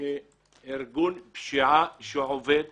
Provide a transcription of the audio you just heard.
שארגון פשיעה שעובד